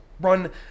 run